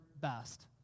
best